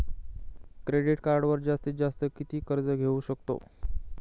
Credit कार्डवर जास्तीत जास्त किती कर्ज घेऊ शकतो?